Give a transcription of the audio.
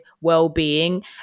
well-being